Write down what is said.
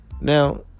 Now